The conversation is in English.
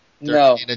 No